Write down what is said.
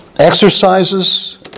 Exercises